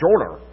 shorter